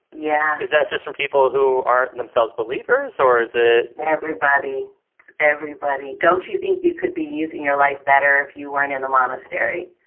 yeah is that just for people who are themselves believers or is ah everybody everybody? don't you think you could be using your life better if you weren't in a monastery?